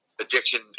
addiction